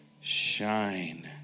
shine